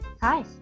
Hi